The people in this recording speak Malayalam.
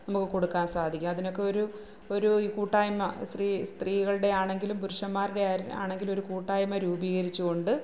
നമുക്ക് കൊടുക്കാൻ സാധിക്കും അതിനൊക്കെ ഒരു ഒരു കൂട്ടായ്മ സ്രീ സ്ത്രീകളുടെ ആണെങ്കിലും പുരുഷന്മാരുടെ ആര് ആണെങ്കിലും ഒരു കൂട്ടായ്മ രൂപീകരിച്ചുകൊണ്ട്